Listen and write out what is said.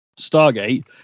Stargate